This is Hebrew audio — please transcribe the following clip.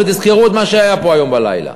ותזכרו את מה שהיה פה היום בלילה.